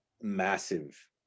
massive